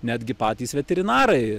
netgi patys veterinarai